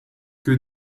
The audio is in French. que